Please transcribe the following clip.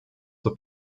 zur